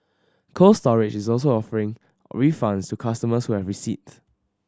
Cold Storage is also offering refunds to customers who have receipt